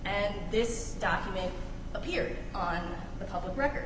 and this document appeared on the public record